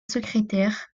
secrétaire